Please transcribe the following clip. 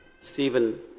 Stephen